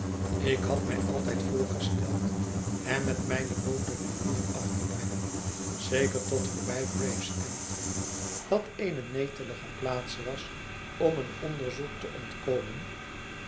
ik had mij altijd voorgesteld hem met mijne boot derivierafte brengen zeker tot voorbij gravesend dat eene netelige plaats was om een onderzoek te ontkomen